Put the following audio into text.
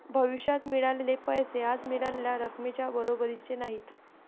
भविष्यात मिळालेले पैसे आज मिळालेल्या रकमेच्या बरोबरीचे नाहीत